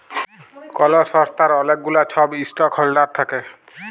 call সংস্থার অলেক গুলা ছব ইস্টক হল্ডার থ্যাকে